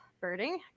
birding